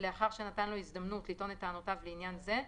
לאחר שנתן לו הזדמנות לטעון את טענותיו לעניין זה,